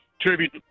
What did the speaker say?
tribute